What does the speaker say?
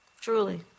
Truly